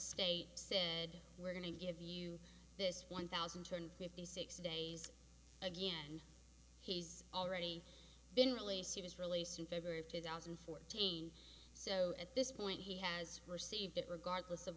state said we're going to give you this one thousand two hundred fifty six days again he's already been released he was released in february of two thousand and fourteen so at this point he has received it regardless of